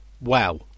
wow